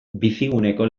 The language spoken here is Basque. biciguneko